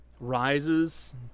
Rises